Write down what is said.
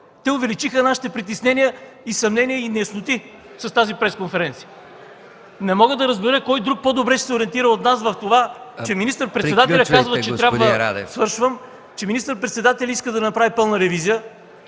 те увеличиха нашите притеснения, съмнения и неясноти с тази пресконференция. Не мога да разбера кой друг по-добре ще се ориентира от нас в това, че министър-председателят казва, че трябва...